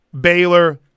Baylor